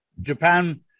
Japan